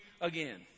again